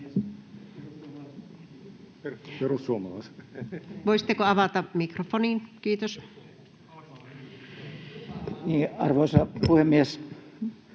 Arvoisa puhemies!